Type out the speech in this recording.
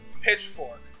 pitchfork